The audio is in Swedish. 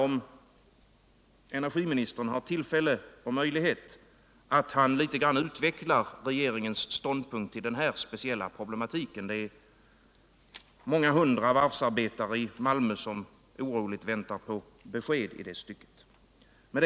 Om energiministern har tillfälle och möjlighet vore jag tacksam om han litet grand utvecklade regeringens ståndpunkt beträffande den här speciella problematiken. Det är många hundra varvsarbetare i Malmö som oroligt väntar på besked.